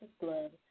blood